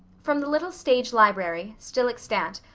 from the little stage library, still extant,